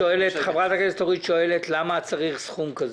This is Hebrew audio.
חברת הכנסת אורית פרקש הכהן שואלת למה צריך סכום כזה.